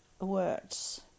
words